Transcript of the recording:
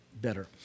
better